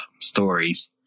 stories